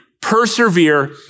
persevere